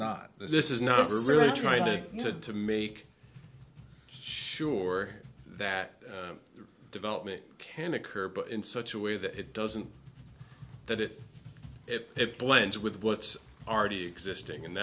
not this is not really trying to make sure that the development can occur in such a way that it doesn't that it it blends with what's already existing and